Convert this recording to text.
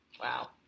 Wow